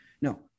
No